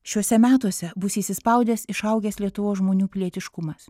šiuose metuose bus įsispaudęs išaugęs lietuvos žmonių pilietiškumas